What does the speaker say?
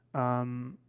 um,